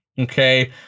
Okay